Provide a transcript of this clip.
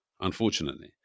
unfortunately